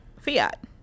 fiat